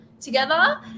together